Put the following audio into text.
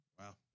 Wow